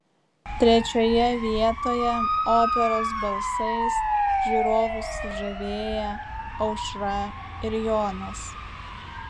trečioje vietoje operos balsais žiūrovus sužavėję aušra ir jonas